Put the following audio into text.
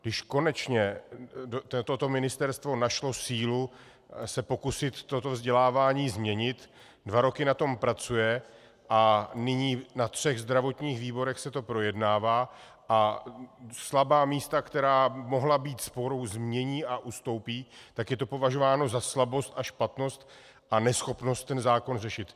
Když konečně toto ministerstvo našlo sílu se pokusit toto vzdělávání změnit, dva roky na tom pracuje a nyní na třech zdravotních výborech se to projednává a slabá místa, která mohla být sporem, změní a ustoupí, tak je to považováno za slabost a špatnost a neschopnost ten zákon řešit.